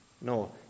No